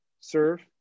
serve